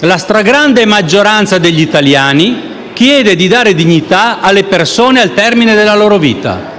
La stragrande maggioranza degli italiani, infatti, chiede di dare dignità alle persone giunte al termine della loro vita: